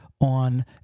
on